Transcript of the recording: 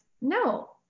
no